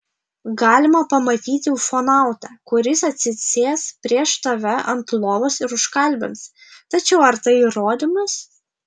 galima pamatyti ufonautą kuris atsisės prieš tave ant lovos ir užkalbins tačiau ar tai įrodymas